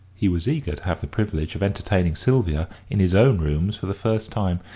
he was eager to have the privilege of entertaining sylvia in his own rooms for the first time.